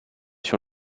sur